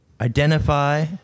identify